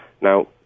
Now